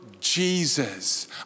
Jesus